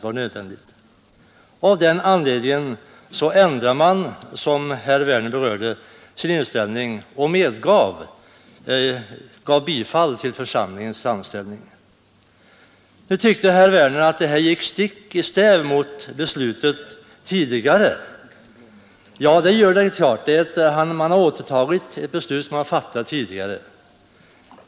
Av den anledningen ändrade man, som herr Werner i Malmö berörde, sin inställning och gav bifall till församlingens framställning. Nu tyckte herr Werner att det här gick stick i stäv mot det tidigare beslutet. Ja, det gör det naturligtvis. Man har återtagit ett beslut som man har fattat tidigare.